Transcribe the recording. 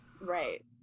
right